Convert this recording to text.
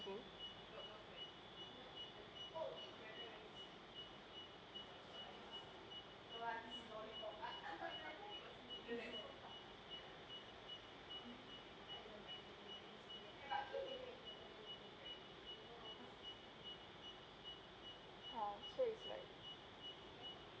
ah so it's like